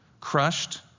Crushed